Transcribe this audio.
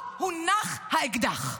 פה הונח האקדח,